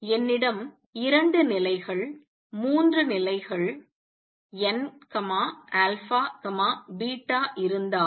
என்னிடம் இரண்டு நிலைகள் மூன்று நிலைகள் n இருந்தால்